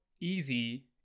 easy